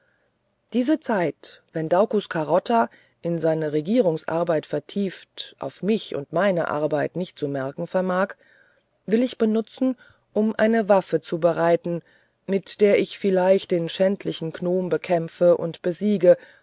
diese zeit wenn daucus carota in seine regierungsarbeit vertieft auf mich und meine arbeit nicht zu merken vermag will ich benutzen um eine waffe zu bereiten mit der ich vielleicht den schändlichen gnomen bekämpfe und besiege